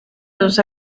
dos